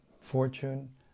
fortune